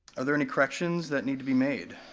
are there any corrections that need to be made?